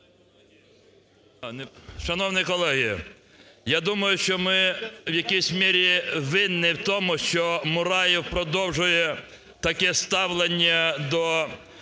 Шановні колеги! Я думаю, що ми в якійсь мірі винні в тому, що Мураєв продовжує таке ставлення до